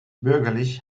bürgerlich